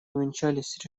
увенчались